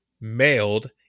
mailed